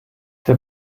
der